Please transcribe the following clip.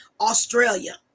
Australia